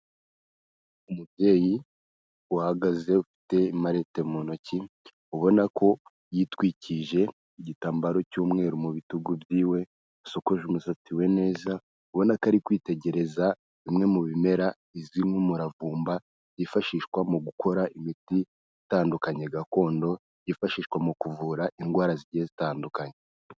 Umubyeyi uhagaze ufite marete mu ntoki, ubona ko yitwikije igitambaro cy'umweru mu bitugu byiwe sokoje umusatsi we neza, ubona ko ari kwitegereza bimwe mu bimera izwi nk'umuravumba yifashishwa mu gukora imiti itandukanye gakondo yifashishwa mu kuvura indwara zigiye zitandukanye.